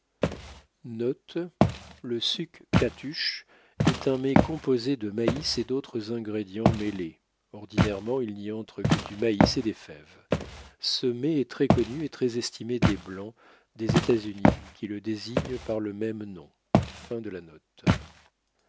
est un mets composé de maïs et d'autres ingrédients mêlés ordinairement il n'y entre que du maïs et des fèves ce mets est très connu et très estimé des blancs des états-unis qui le désignent par le même